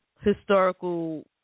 historical